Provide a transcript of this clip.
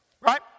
right